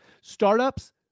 Startups